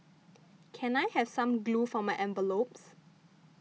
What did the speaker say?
can I have some glue for my envelopes